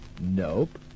Nope